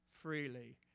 freely